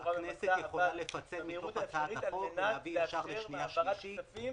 בצורה ממצה פה אבל במהירות האפשרית על מנת לאפשר את העברת הכספים